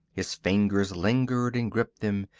his fingers lingered and gripped them,